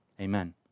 Amen